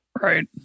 right